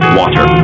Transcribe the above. water